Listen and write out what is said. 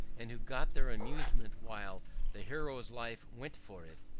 and who got their amusement while the hero's life went for it!